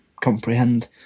comprehend